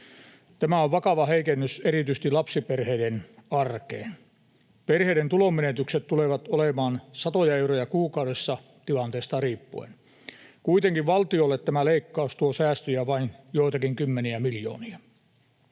Tämä on vakava heikennys erityisesti lapsiperheiden arkeen. Perheiden tulonmenetykset tulevat olemaan satoja euroja kuukaudessa tilanteesta riippuen. Kuitenkin valtiolle tämä leikkaus tuo säästöjä vain joitakin kymmeniä miljoonia.